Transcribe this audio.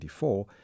1994